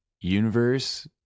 universe